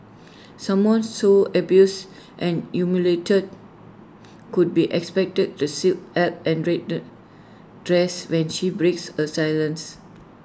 someone so abused and humiliated could be expected to seek help and dress when she breaks her silence